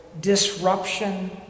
disruption